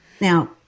Now